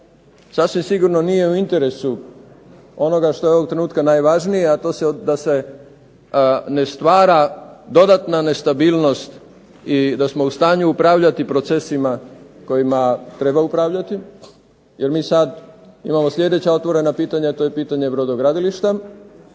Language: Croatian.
sasvim sigurno nije u interesu onoga što je ovoga trenutka najvažnije, a to je da se ne stvara dodatna nestabilnost i da smo u stanju upravljati procesima kojima treba upravljati. Jer mi sada imamo sljedeća otvorena pitanja, to je pitanje brodogradilišta